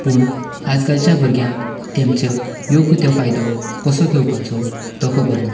पूण आयज कालच्या भुरग्यांक तेमचो योग्य तो फायदो कसो घेवपाचो तो खबर ना